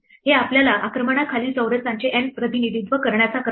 हे आपल्याला आक्रमणाखालील चौरसांचे N प्रतिनिधित्व करण्याचा क्रम देते